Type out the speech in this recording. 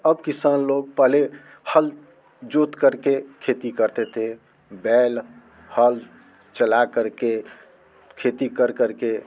अब किसान लोग पहले हल जोत कर के खेती करते थे बैल हल चला कर के खेती कर कर के